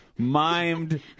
mimed